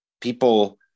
people